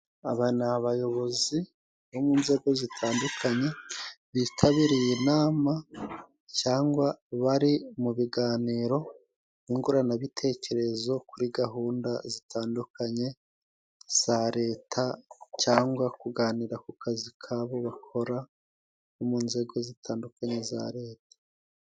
Aba ni abayobozi bo mu nzego zitandukanye, bitabiriye inama cyangwa bari mu biganiro, nyunguranabitekerezo kuri gahunda zitandukanye za leta, cyangwa kuganira ku kazi kabo bakora mu nzego zitandukanye za leta.